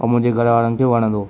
और मुंहिंजे घर वारनि खे वणंदो